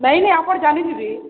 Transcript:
ନାଇଁ ନାଇଁ ଆପଣ ଜାଣିଥିବେ